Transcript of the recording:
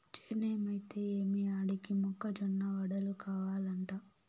చేనేమైతే ఏమి ఆడికి మొక్క జొన్న వడలు కావలంట